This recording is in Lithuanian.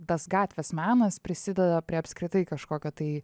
tas gatvės menas prisideda prie apskritai kažkokio tai